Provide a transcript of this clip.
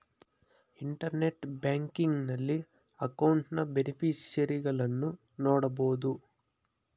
internet banking ನಲ್ಲಿ ಅಕೌಂಟ್ನ ಬೇನಿಫಿಷರಿಗಳನ್ನು ನೋಡಬೋದು